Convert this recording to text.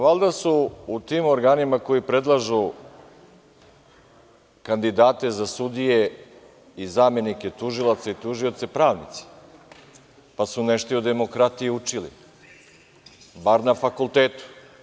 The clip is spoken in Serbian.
Valjda su u tim organima koji predlažu kandidate za sudije i zamenike tužilaca i tužioce pravnici, pa su nešto i o demokratiji učili bar na fakultetu.